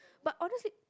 but honestly